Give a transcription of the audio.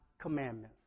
commandments